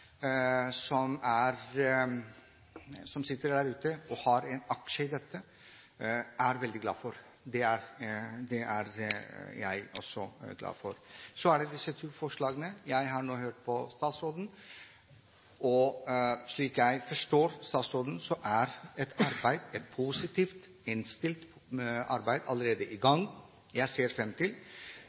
sitter der ute og har en aksje i dette, veldig glade for. Det er jeg også glad for. Så er det disse to forslagene. Jeg har nå hørt på statsråden, og slik jeg forstår statsråden, er et positivt innstilt arbeid allerede i gang. Jeg ser fram til